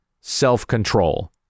self-control